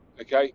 Okay